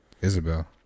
Isabel